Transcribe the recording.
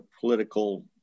political